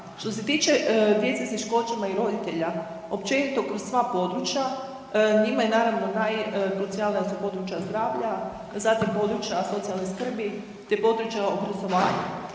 Što se tiče djece s teškoćama i roditelja općenito kroz sva područja, njima je naravno najkrucijalnija su područja zdravlja, zatim područja socijalne skrbi te područja obrazovanja.